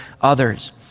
others